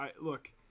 look